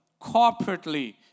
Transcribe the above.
corporately